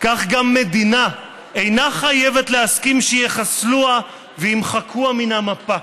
כך גם מדינה אינה חייבת להסכים שיחסלוה וימחקוה מן המפה.